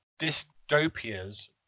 dystopias